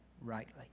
rightly